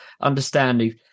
understanding